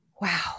wow